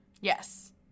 yes